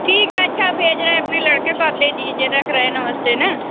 ठीक है अच्छा भेज रहे हैं अपने लड़के को आप दे दीजिए रख रहे हैं नमस्ते है न